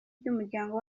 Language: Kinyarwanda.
ry’umuryango